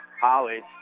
Holly